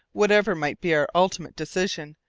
whatever might be our ultimate decision,